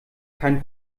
kein